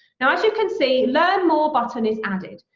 now as you can see, learn more button is added.